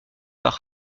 par